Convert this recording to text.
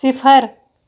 صِفر